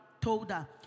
Toda